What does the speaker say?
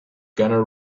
gonna